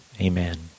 amen